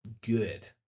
good